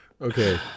okay